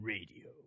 Radio